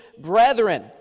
brethren